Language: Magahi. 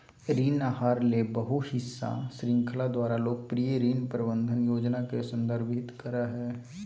ऋण आहार ले बहु हिस्सा श्रृंखला द्वारा लोकप्रिय ऋण प्रबंधन योजना के संदर्भित करय हइ